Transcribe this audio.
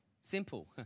simple